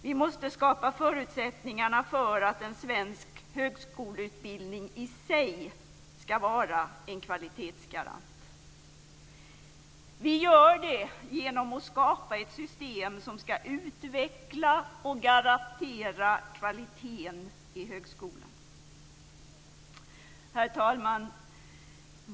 Vi måste skapa förutsättningarna för att en svensk högskoleutbildning i sig ska vara en kvalitetsgarant. Vi gör det genom att skapa ett system som ska utveckla och garantera kvaliteten i högskolan. Herr talman!